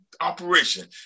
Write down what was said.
operation